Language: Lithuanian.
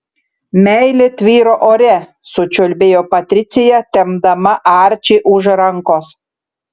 meilė tvyro ore sučiulbėjo patricija tempdama arčį už rankos